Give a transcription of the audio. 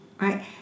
right